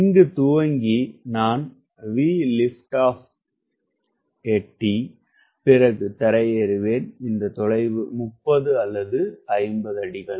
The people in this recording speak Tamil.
இங்கு துவங்கி நான் VLO னை எட்டி பிறகு தரையேறுவேன் இந்த தொலைவு 30 அல்லது 50 அடிகள்